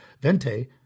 Vente